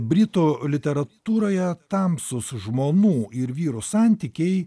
britų literatūroje tamsūs žmonų ir vyrų santykiai